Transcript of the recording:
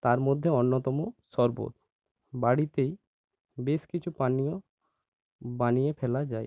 তার মধ্যে অন্যতম শরবত বাড়িতেই বেশ কিছু পানীয় বানিয়ে ফেলা যায়